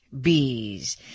Bees